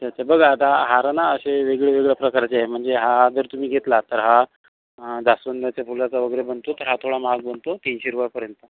अच्छा अच्छा बघा आता हार न असे वेगळे वेगळ्या प्रकारचे आहे म्हणजे हा हार जर तुम्ही घेतला तर हा जास्वंदाच्या फुलाचा वगैरे बनतो तर हा थोडा महाग बनतो तीनशे रुपयापर्यंत